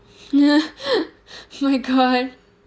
my god